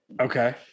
Okay